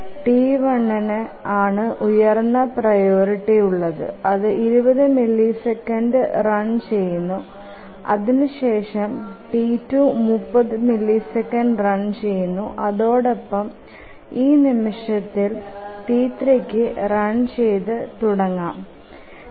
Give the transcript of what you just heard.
T1ഇന് ആണ് ഉയർന്ന പ്രിയോറിറ്റി ഉള്ളത് അതു 20 മില്ലിസെക്കൻഡ്സ് റൺ ചെയുന്നു അതിന് ശേഷം T2 30 മില്ലിസെക്കൻഡ്സ് റൺ ചെയുന്നു അതോടൊപ്പം ഈ നിമിഷത്തിൽ T3കും റൺ ചെയ്തു തുടങ്ങാമ്